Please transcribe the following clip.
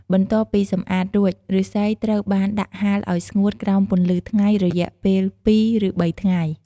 បន្ទាប់ពីសម្អាតរួច ឫស្សីត្រូវបានដាក់ហាលឲ្យស្ងួតក្រោមពន្លឺថ្ងៃរយៈពេលពីរ ឬបីថ្ងៃ។